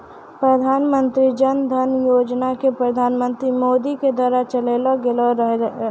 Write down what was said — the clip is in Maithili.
प्रधानमन्त्री जन धन योजना के प्रधानमन्त्री मोदी के द्वारा चलैलो गेलो रहै